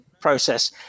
process